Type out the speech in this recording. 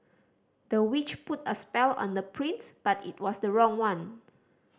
the witch put a spell on the prince but it was the wrong one